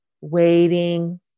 waiting